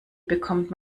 bekommt